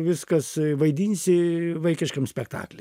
viskas vaidinsi vaikiškam spektakly